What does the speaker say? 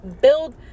build